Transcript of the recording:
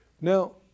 Now